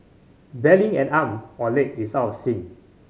barely an arm or leg is out of sync